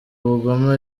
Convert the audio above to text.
ubugome